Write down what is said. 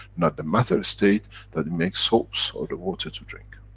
not the matter state that it makes soaps or the water to drink.